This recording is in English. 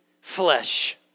flesh